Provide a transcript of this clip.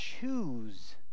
choose